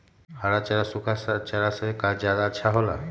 हरा चारा सूखा चारा से का ज्यादा अच्छा हो ला?